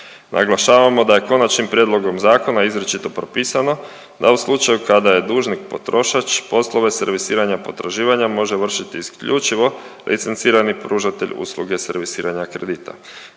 Naglašavamo da je konačnim prijedlogom zakona izričito propisano da u slučaju kada je dužnik potrošač, poslove servisiranja potraživanja može vršiti isključivo licencirani pružatelj usluge servisiranja kredita.